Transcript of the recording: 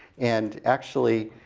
and actually,